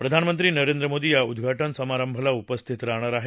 प्रधानमंत्री नरेंद्र मोदी या उदघाटन समारंभाला उपस्थित राहणार आहेत